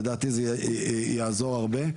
לדעתי זה יעזור הרבה.